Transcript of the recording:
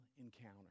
encounter